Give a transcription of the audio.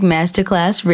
Masterclass